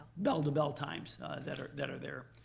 bell to bell times that are that are there.